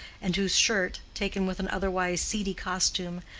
and whose shirt, taken with an otherwise seedy costume,